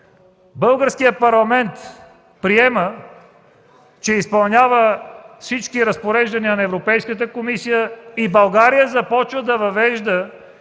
Българският парламент приема, че изпълнява всички разпореждания на Европейската комисия и България започва да въвежда